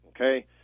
Okay